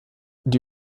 die